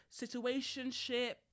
situationship